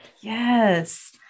yes